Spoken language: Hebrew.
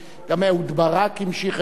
גם אהוד ברק המשיך את זה,